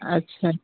अच्छा